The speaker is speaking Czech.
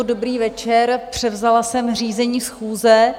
Dobrý večer, převzala jsem řízení schůze.